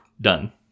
done